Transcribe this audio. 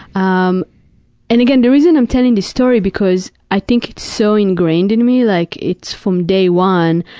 um and again, the reason i'm telling this story, because i think it's so ingrained in me, like it's, from day one,